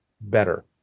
better